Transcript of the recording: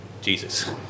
Jesus